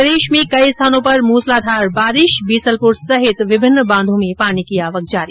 प्रदेश में कई स्थानो पर मूसलाधार बारिश बीसलपुर सहित कई बांधों में पानी की आवक जारी